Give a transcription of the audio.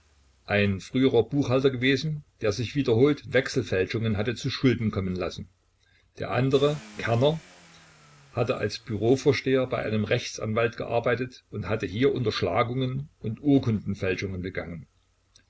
ein früherer buchhalter gewesen der sich wiederholt wechselfälschungen hatte zuschulden kommen lassen der andere kerner hatte als bürovorsteher bei einem rechtsanwalt gearbeitet und hatte hier unterschlagungen und urkundenfälschungen begangen